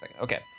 Okay